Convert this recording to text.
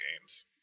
games